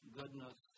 goodness